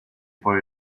poi